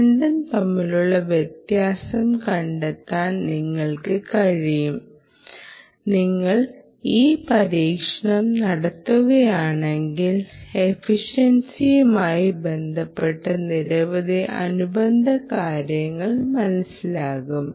രണ്ടും തമ്മിലുള്ള വ്യത്യാസം കണ്ടെത്താൻ നിങ്ങൾക്ക് കഴിയും നിങ്ങൾ ഈ പരീക്ഷണം നടത്തുകയാണെങ്കിൽ എഫിഷ്യൻസിയുമായി ബന്ധപ്പെട്ട് നിരവധി അനുബന്ധ കാര്യങ്ങൾ നിങ്ങൾക്ക് മനസ്സിലാക്കും